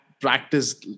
practice